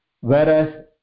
Whereas